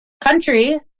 country